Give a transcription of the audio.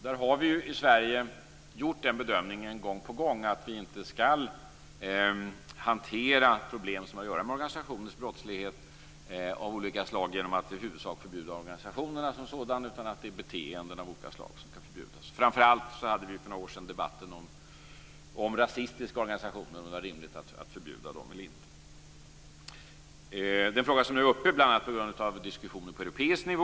Där har vi ju i Sverige gång på gång gjort den bedömningen att vi inte skall hantera problem som har att göra med organisationers brottslighet av olika slag genom att i huvudsak förbjuda organisationerna som sådana. Det är beteenden av olika slag som kan förbjudas. Framför allt hade vi för några år sedan debatten om rasistiska organisationer och om det var rimligt att förbjuda dessa. Denna fråga är nu uppe bl.a. på grund av diskussioner på europeisk nivå.